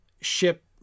ship